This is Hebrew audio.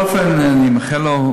אני מאחל לו,